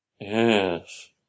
yes